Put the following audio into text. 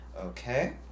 Okay